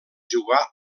jugar